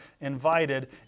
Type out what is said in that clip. invited